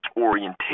orientation